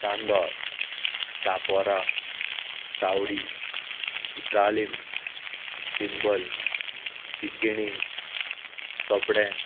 Chandor Chapora Chaudi Chicalim Chimbel Chichi Chopde